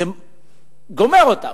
זה גומר אותם.